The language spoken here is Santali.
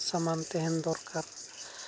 ᱥᱟᱢᱟᱱ ᱛᱟᱦᱮᱱ ᱫᱚᱨᱠᱟᱨ